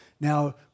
Now